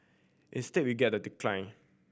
instead we get the decline